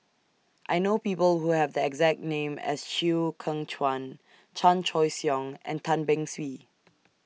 I know People Who Have The exact name as Chew Kheng Chuan Chan Choy Siong and Tan Beng Swee